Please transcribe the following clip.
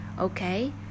okay